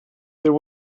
there